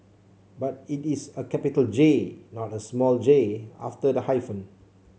but it is a capital J not a small J after the hyphen